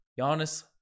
Giannis